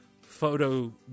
photo